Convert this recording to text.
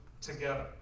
together